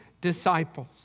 disciples